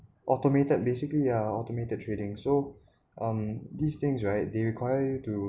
automated basically yeah automated trading so um these things right they require you to